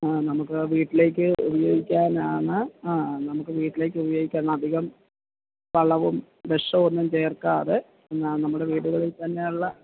ആ നമുക്ക് വീട്ടിലേക്ക് ഉപയോഗിക്കാനാണ് ആ നമുക്ക് വീട്ടിലേക്കുപയോഗിക്കാന് അധികം വളവും വിഷവും ഒന്നും ചേര്ക്കാതെ എന്നാൽ നമ്മുടെ വീട്കളില് തന്നെ ഉള്ള